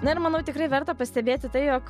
na ir manau tikrai verta pastebėti tai jog